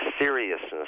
seriousness